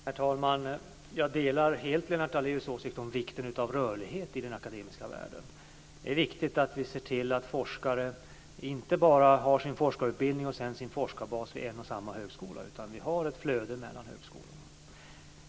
Herr talman! Jag delar helt Lennart Daléus åsikt om vikten av rörlighet i den akademiska världen. Det är viktigt att vi ser till att forskare inte bara har sin forskarutbildning och sedan sin forskarbas vid en och samma högskola utan att vi har ett flöde mellan högskolorna.